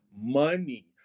money